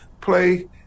play